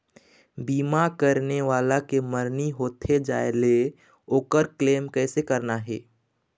बीमा करने वाला के मरनी होथे जाय ले, ओकर क्लेम कैसे करना हे?